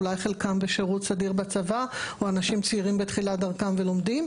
אולי חלקם בשירות סדיר בצבא או אנשים צעירים בתחילת דרכם ולומדים.